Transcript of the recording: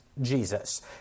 Jesus